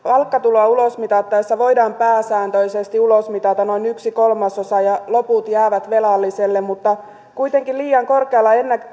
palkkatuloa ulosmitattaessa voidaan pääsääntöisesti ulosmitata noin yksi kolmasosa ja loput jäävät velalliselle mutta kuitenkin liian korkealla